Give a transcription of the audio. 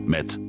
Met